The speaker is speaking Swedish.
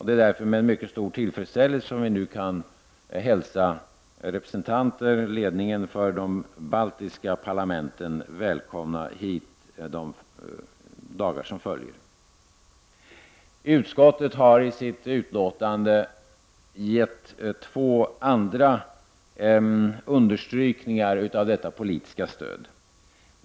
Det är därför med mycket stor tillfredsställelse som vi nu kan hälsa ledningen för de baltiska parlamenten välkomna hit under de närmaste dagarna. Utskottet har i sitt betänkande understrukit två andra sidor av detta politiska stöd.